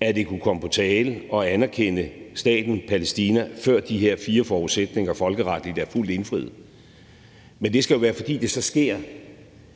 at det kunne komme på tale at anerkende staten Palæstina, før de her fire forudsætninger folkeretligt er fuldt indfriet. Men det skal jo være, fordi det så sker